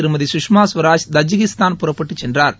திருமதி சுஷ்மா ஸ்வராஜ் கஜகஸ்தான் புறப்பட்டுச் சென்றாா்